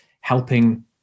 helping